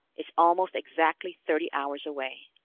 it's almost exactly thirty hours away.